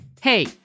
Hey